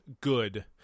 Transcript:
good